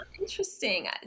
Interesting